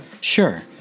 sure